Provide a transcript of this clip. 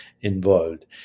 involved